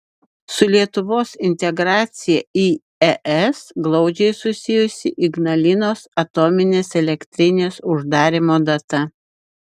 su lietuvos integracija į es glaudžiai susijusi ignalinos atominės elektrinės uždarymo data